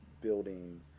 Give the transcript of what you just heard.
building